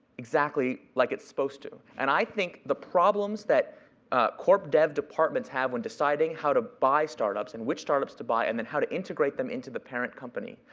exactly like it's supposed to. and i think the problems that corp-dev departments have when deciding how to buy startups and which startups to buy and then how to integrate them into the parent company,